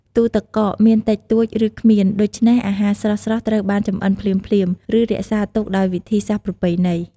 ទូរទឹកកកមានតិចតួច ឬគ្មាន ដូច្នេះអាហារស្រស់ៗត្រូវបានចម្អិនភ្លាមៗ ឬរក្សាទុកដោយវិធីសាស្ត្រប្រពៃណី។